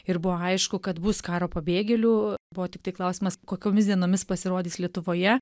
ir buvo aišku kad bus karo pabėgėlių buvo tiktai klausimas kokiomis dienomis pasirodys lietuvoje